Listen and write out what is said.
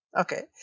Okay